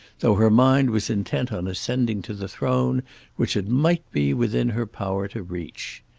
though her mind was intent on ascending to the throne which it might be within her power to reach.